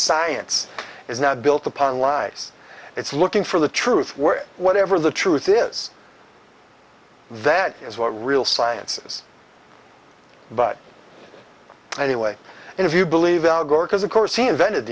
science is not built upon lies it's looking for the truth where whatever the truth is that is what real sciences but anyway and if you believe al gore because of course he invented